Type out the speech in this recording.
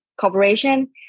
Corporation